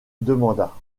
demanda